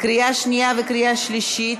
לקריאה שנייה וקריאה שלישית.